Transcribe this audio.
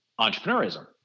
entrepreneurism